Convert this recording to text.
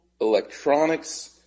electronics